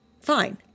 Fine